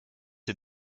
est